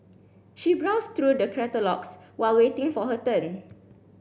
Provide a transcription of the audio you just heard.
she browsed through the catalogues while waiting for her turn